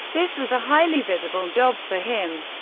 this was a highly visible job for him.